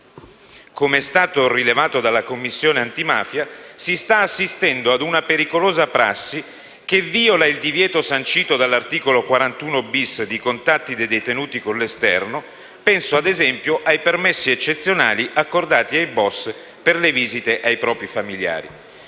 Come è stato rilevato dalla Commissione antimafia, si sta assistendo a una pericolosa prassi che viola il divieto sancito dall'articolo 41*-bis* di contatti dei detenuti con l'esterno. Penso, ad esempio, ai permessi eccezionali accordati ai *boss* per le visite ai propri familiari.